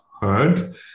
heard